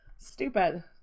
Stupid